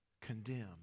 condemn